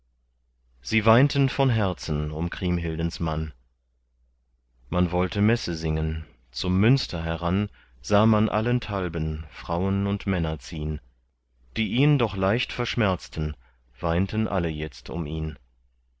sie weinten von herzen um kriemhildens mann man wollte messe singen zum münster heran sah man allenthalben frauen und männer ziehn die ihn doch leicht verschmerzten weinten alle jetzt um ihn